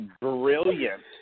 brilliant